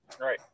Right